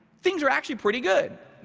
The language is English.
things are actually pretty good.